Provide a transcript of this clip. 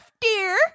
dear